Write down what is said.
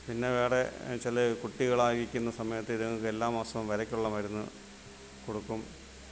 പിന്നെ വേറെ ചിലത് കുട്ടികളായിരിക്കുന്ന സമയത്ത് ഇതുങ്ങൾക്ക് എല്ലാ മാസവും വിരയ്ക്കുള്ള മരുന്ന് കൊടുക്കും